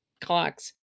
clocks